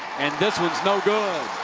and this one's no good.